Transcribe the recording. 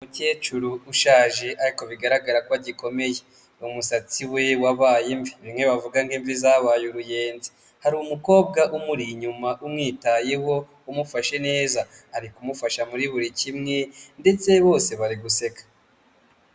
Umukecuru ushaje ariko bigaragara ko agikomeye, umusatsi we wabaye imvi, bimwe bavuga ngo imvi zabaye uruyenzi, hari umukobwa umuri inyuma umwitayeho umufashe neza, ari kumufasha muri buri kimwe ndetse bose bari guseka.